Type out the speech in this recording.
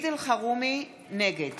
נגד